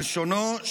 כלשונו,